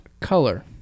color